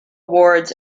awards